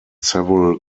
several